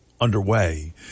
underway